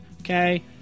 Okay